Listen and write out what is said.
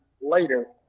later